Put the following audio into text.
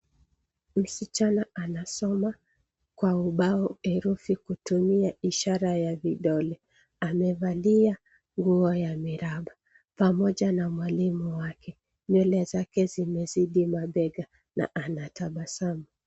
Msichana anasoma kwa ubao herufi kutumia ishara ya vidole, amevalia nguo ya miraba pamoja na mwalimu wake. Nywele zake zimezidi mabega na anatabasamu.